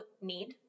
need